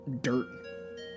dirt